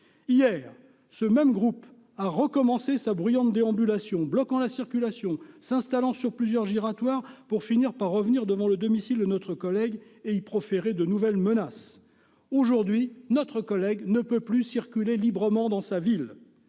Hier, ce même groupe a recommencé sa bruyante déambulation, bloquant la circulation, s'installant sur plusieurs giratoires, pour finir par revenir devant le domicile de notre collègue et y proférer des menaces. Aujourd'hui notre collègue ne peut plus circuler librement dans sa ville.